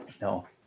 No